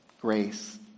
Grace